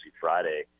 Friday